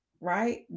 right